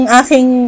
aking